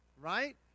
right